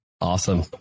Awesome